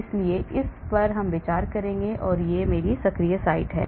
इसलिए इस पर विचार करूंगा कि यह मेरी सक्रिय साइट है